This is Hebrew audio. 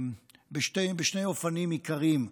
בשני אופנים עיקריים: